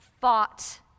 fought